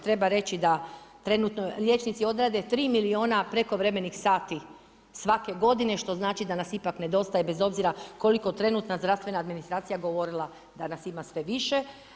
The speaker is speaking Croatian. Treba reći da trenutno liječnici odrade 3 milijuna prekovremenih sati svake godine, što znači da nas ipak nedostaje, bez obzira koliko trenutna zdravstvena administracija govorila da nas ima sve više.